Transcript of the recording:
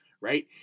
right